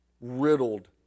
riddled